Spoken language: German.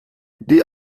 die